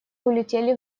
улетели